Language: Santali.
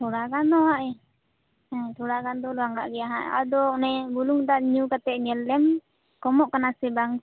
ᱛᱷᱚᱲᱟᱜᱟᱱ ᱫᱚ ᱦᱟᱸᱜ ᱦᱮᱸ ᱛᱷᱚᱲᱟ ᱜᱟᱱ ᱫᱚ ᱞᱟᱜᱟᱜ ᱜᱮᱭᱟ ᱦᱟᱸᱜ ᱟᱫᱚ ᱚᱱᱮ ᱵᱩᱞᱩᱝ ᱫᱟᱜ ᱧᱩ ᱠᱟᱛᱮᱫ ᱧᱮᱞ ᱞᱮᱢ ᱠᱚᱢᱚᱜ ᱠᱟᱱᱟ ᱥᱮ ᱵᱟᱝ